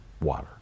water